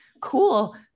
Cool